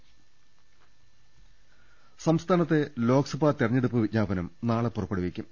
ൾ ൽ ൾ സംസ്ഥാനത്തെ ലോക്സഭാ തെരഞ്ഞെടുപ്പ് വിജ്ഞാപനം നാളെ പുറപ്പെടുവിക്കും